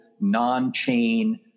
non-chain